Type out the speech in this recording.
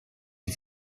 die